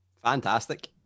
Fantastic